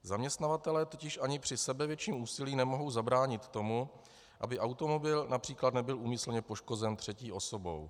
Zaměstnavatelé totiž ani při sebevětším úsilí nemohou zabránit tomu, aby automobil například nebyl úmyslně poškozen třetí osobou.